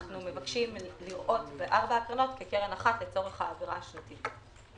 אנחנו מבקשים לראות בארבע הקרנות כקרן אחת לצורך האגרה השנתית.